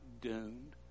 doomed